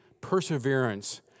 perseverance